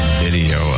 video